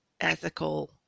ethical